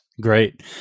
Great